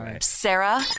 Sarah